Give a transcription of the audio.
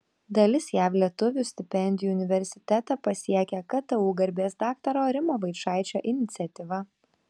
dalis jav lietuvių stipendijų universitetą pasiekia ktu garbės daktaro rimo vaičaičio iniciatyva